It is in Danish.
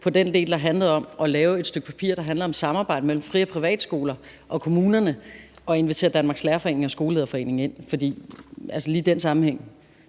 på den del, der handlede om at lave et stykke papir om samarbejdet mellem fri- og privatskoler og kommunerne, at invitere Danmarks Lærerforening og Skolelederforeningen ind, fordi lige i den sammenhæng